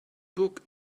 book